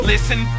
Listen